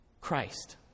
Christ